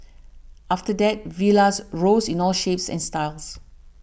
after that villas rose in all shapes and styles